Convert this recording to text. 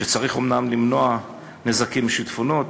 שצריך אומנם למנוע נזקים משיטפונות,